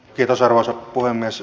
kiitos arvoisa puhemies